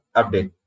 update